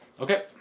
Okay